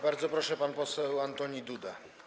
Bardzo proszę, pan poseł Antoni Duda.